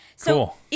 Cool